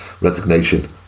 resignation